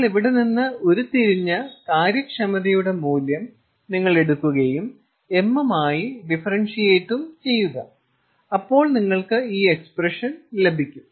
നമ്മൾ ഇവിടെ നിന്ന് ഉരുത്തിരിഞ്ഞ കാര്യക്ഷമതയുടെ മൂല്യം നിങ്ങൾ എടുക്കുകയും m മായി ഡിഫറെൻഷ്യറ്റ് ചെയ്യുക അപ്പോൾ നിങ്ങൾക്ക് ഈ എക്സ്പ്രഷൻ ലഭിക്കും